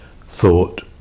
thought